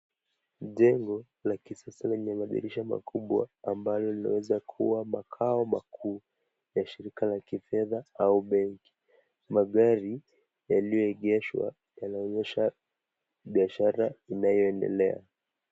Jengo la kisasa lenye madirisha makubwa, ambalo linawezakuwa makao makuu ya shirika la kifedha au benki, magari yaliyoegeshwa yanaonyesha biashara inayoendelea.